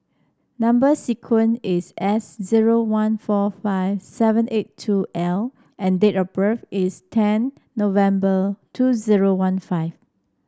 number sequence is S zero one four five seven eight two L and date of birth is ten November two zero one five